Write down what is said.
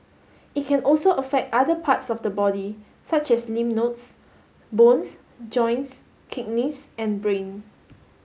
it can also affect other parts of the body such as lymph nodes bones joints kidneys and brain